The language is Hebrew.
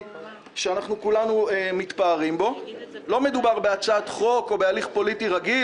הזה שאנחנו כולנו מתפארים בו: לא מדובר בהצעת חוק או בהליך פוליטי רגיל,